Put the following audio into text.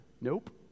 Nope